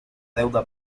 deuda